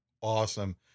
awesome